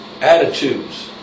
Attitudes